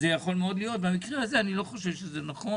אני מייחס חשיבות רבה למה שנעשה פה.